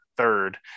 third